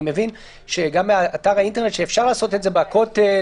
אני מבין גם מאתר האינטרנט שאפשר לעשות את זה בכותל,